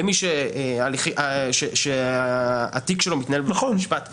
למי שהתיק שלו מתנהל בבית המשפט -- נכון.